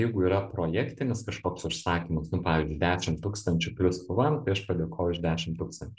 jeigu yra projektinis kažkoks užsakymas nu pavyzdžiui dešim tūkstančių plius pvm tai aš padėkoju už dešim tūkstančių